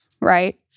right